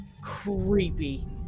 Creepy